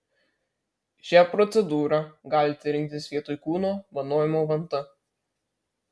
šią procedūrą galite rinktis vietoj kūno vanojimo vanta